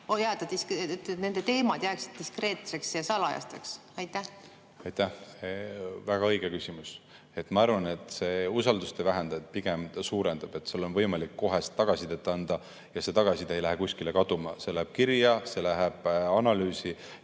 nende teemad jääksid diskreetseks ja salajaseks? Aitäh! Väga õige küsimus. Ma arvan, et see usaldust ei vähenda, pigem suurendab. Sul on võimalik kohe tagasisidet anda ja tagasiside ei lähe kuskile kaduma, see läheb kirja, see läheb analüüsi